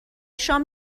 شام